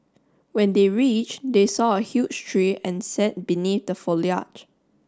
when they reach they saw a huge tree and sat beneath the foliage